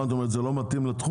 מה את אומרת, שזה לא מתאים לתחום?